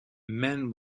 man